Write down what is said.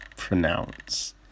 Pronounce